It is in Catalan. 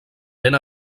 ben